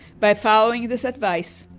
by following this advice,